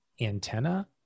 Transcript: antenna